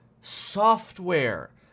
software